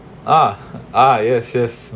ah ah yes yes